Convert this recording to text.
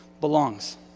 belongs